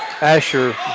Asher